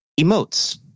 emotes